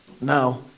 Now